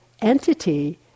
entity